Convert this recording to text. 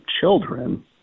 children